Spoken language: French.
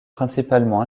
principalement